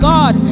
God